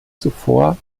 zuvor